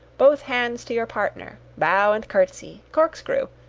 both hands to your partner, bow and curtsey, corkscrew,